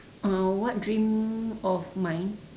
uh what dream of mine